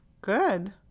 Good